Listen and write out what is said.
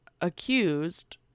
accused